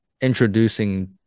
introducing